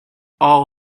all